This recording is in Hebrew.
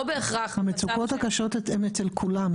בהכרח --- המצוקות הקשות הן אצל כולם,